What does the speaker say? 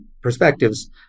perspectives